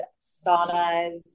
saunas